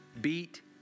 beat